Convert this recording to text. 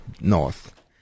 north